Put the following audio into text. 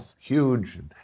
huge